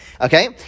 Okay